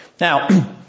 Now